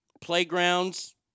Playgrounds